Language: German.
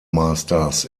masters